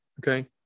okay